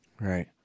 right